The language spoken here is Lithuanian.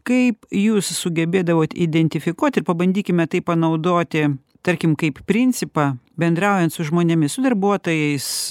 kaip jūs sugebėdavot identifikuoti ir pabandykime tai panaudoti tarkim kaip principą bendraujant su žmonėmis su darbuotojais